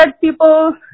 people